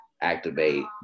activate